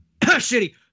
shitty